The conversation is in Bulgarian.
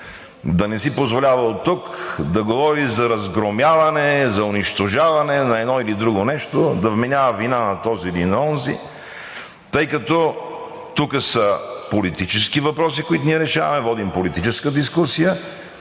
да не си позволява оттук да говори за разгромяване, за унищожаване на едно или друго нещо, да вменява вина на този или на онзи, тъй като тук са политически въпроси, които ние решаваме, водим политическа дискусия